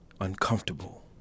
Uncomfortable